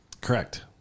Correct